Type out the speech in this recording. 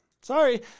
Sorry